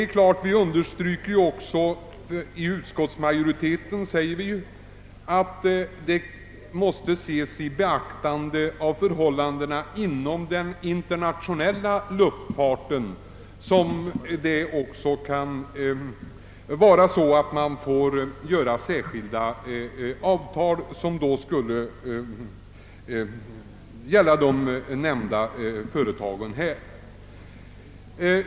Jag vill också understryka att utskottsmajoriteten framhåller att förhållandena inom den internationella luftfarten måste tas i beaktande när det gäller sådant uppdrag åt de svenska företagen.